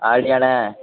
அப்படியாண்ணே